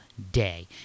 Day